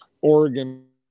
Oregon